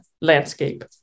landscape